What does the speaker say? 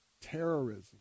terrorism